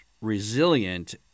resilient